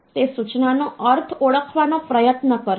તે સૂચનાનો અર્થ ઓળખવાનો પ્રયત્ન કરશે